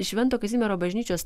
švento kazimiero bažnyčios